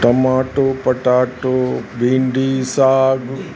tomato potato भिंडी साॻ